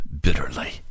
bitterly